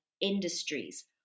industries